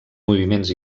moviments